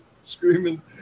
screaming